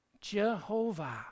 Jehovah